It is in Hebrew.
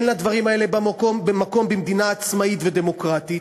אין לדברים האלה מקום במדינה עצמאית ודמוקרטית,